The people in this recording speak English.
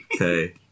Okay